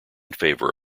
favour